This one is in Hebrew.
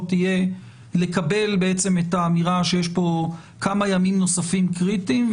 תהיה לקבל את האמירה שיש פה כמה ימים נוספים קריטיים,